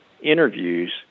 interviews